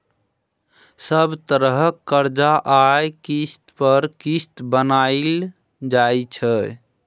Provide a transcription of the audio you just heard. सब तरहक करजा आ किस्त पर किस्त बनाएल जाइ छै